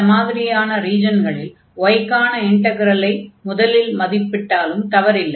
இந்த மாதிரியான ரீஜன்களில் y க்கான இன்டக்ரலை முதலில் மதிப்பிட்டாலும் தவறில்லை